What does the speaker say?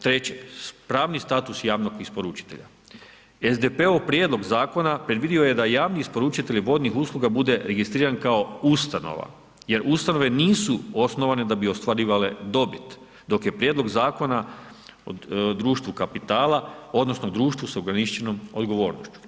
Treće, pravni status javnog isporučitelja, SDP-ov prijedlog zakona, predvidio je da javni isporučitelj vodnih usluga bude registriran kao ustanova, jer ustanove, nisu osnovane da bi ostvarivale dobit, dok je prijedlog zakona društvu kapitala, odnosno, društvo sa ograničenom odgovornošću.